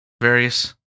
various